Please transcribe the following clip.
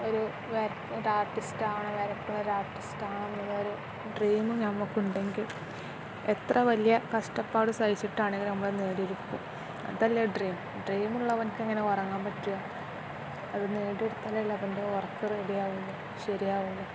ഒരു വ ഒരാർട്ടിസ്റ്റാകുന്ന വര ഒരാർട്ടിസ്റ്റാകണം എന്നൊരു ഡ്രീം നമ്മൾക്കുണ്ടെങ്കിൽ എത്ര വലിയ കഷ്ടപ്പാട് സഹിച്ചിട്ടാണെങ്കിലും നമ്മൾ നേടിയെടുക്കും അതല്ലേ ഡ്രീം ഡ്രീമുള്ളവന് എങ്ങനെയാണ് ഉറങ്ങാൻ പറ്റുക അത് നേടിയെടുത്താലല്ലേ അവൻ്റെ ഉറക്കം റെഡിയാകില്ല ശരിയാകില്ല